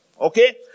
Okay